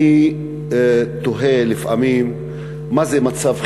אני תוהה לפעמים מה זה מצב חירום.